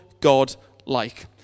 God-like